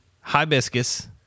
Hibiscus